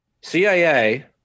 CIA